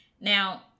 Now